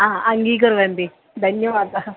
हा अङ्गीकुर्वन्ति धन्यवादः